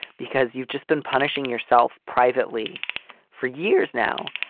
because you've just been punishing yourself privately for years now.